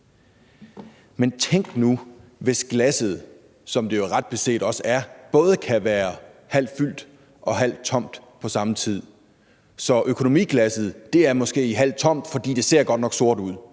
Men tænk nu, hvis glasset – hvad det jo ret beset også er – både kan være halvt fyldt og halvt tomt på samme tid. Så økonomiglasset er måske halvtomt, for det ser godt nok sort ud,